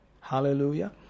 Hallelujah